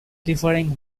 differing